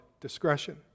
discretion